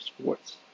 sports